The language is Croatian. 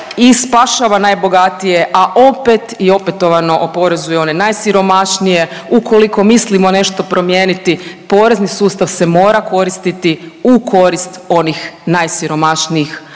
i spašava najbogatije a opet i opetovano oporezuje one najsiromašnije. Ukoliko mislimo nešto promijeniti porezni sustav se mora koristiti u korist onih najsiromašnijih,